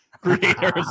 creators